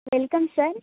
welcome sir